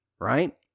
right